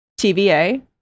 TVA